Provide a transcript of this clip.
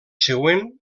següent